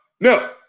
no